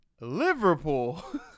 Liverpool